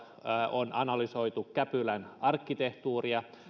on analysoitu käpylän arkkitehtuuria